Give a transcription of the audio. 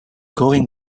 going